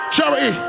Charity